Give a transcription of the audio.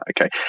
Okay